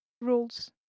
rules